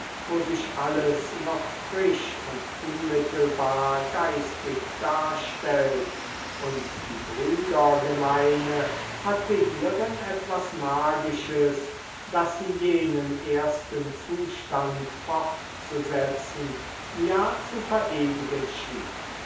wo sich alles noch frisch und unmittelbar geistig darstellt und die brüdergemeine hatte hierin etwas magisches daß sie jenen ersten zustand fortzusetzen ja zu verewigen schien